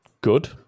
good